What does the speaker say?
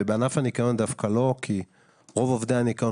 ובענף הניקיון דווקא לא כי רוב עובדי הניקיון